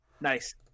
Nice